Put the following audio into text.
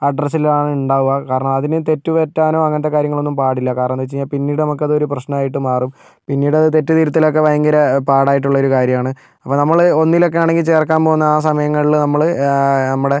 അഡ്രസ്സിലാണ് ഉണ്ടാവുക കാരണം അതിന് തെറ്റ് പറ്റാനോ അങ്ങനത്തെ കാര്യങ്ങളൊന്നും പാടില്ല കാരണം എന്താണെന്ന് വെച്ച് കഴിഞ്ഞാൽ പിന്നീട് നമുക്കതൊരു പ്രശ്നമായിട്ട് മാറും പിന്നീടത് തെറ്റ് തിരുത്തലൊക്കെ ഭയങ്കര പാടായിട്ടുള്ളൊരു കാര്യമാണ് അപ്പം നമ്മൾ ഒന്നിലൊക്കെയാണെങ്കിൽ ചേർക്കാൻ പോകുന്ന ആ സമയങ്ങളിൽ നമ്മൾ നമ്മുടെ